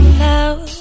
love